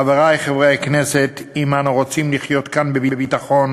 חברי חברי הכנסת, אם אנו רוצים לחיות כאן בביטחון,